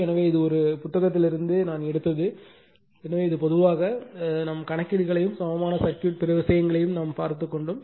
எனவே இது ஒரு புத்தகத்திலிருந்து நான் எடுத்தது எனவே பொதுவாக கணக்கீடுகளையும் சமமான சர்க்யூட் பிற விஷயங்களையும் நாம் பார்த்து கொண்டோம்